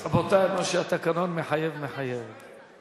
רבותי, מה שהתקנון מחייב, מחייב.